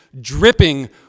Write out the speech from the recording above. dripping